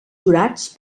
jurats